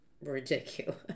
ridiculous